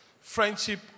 friendship